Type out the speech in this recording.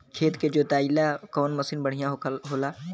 खेत के जोतईला कवन मसीन बढ़ियां होला?